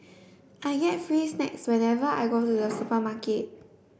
I get free snacks whenever I go to the supermarket